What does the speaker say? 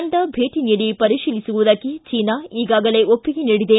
ತಂಡ ಭೇಟಿ ನೀಡಿ ಪರಿಶೀಲಿಸುವುದಕ್ಕೆ ಚೀನಾ ಈಗಾಗಲೇ ಒಪ್ಪಿಗೆ ನೀಡಿದೆ